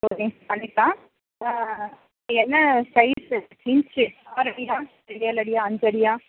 ஒரு இன்ச் பண்ணிக்கிலாம் என்ன சைஸு இன்ச்சி ஆறடியா இல்லை ஏழடியா அஞ்சடியா